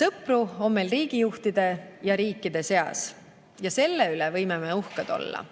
Sõpru on meil riigijuhtide ja riikide seas, ja selle üle võime me uhked olla.